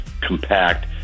compact